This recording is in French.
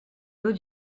dos